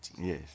yes